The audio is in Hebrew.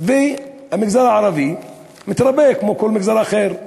והמגזר הערבי מתרבה, כמו כל מגזר אחר,